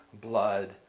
blood